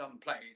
place